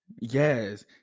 Yes